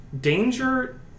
danger